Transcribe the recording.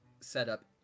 setup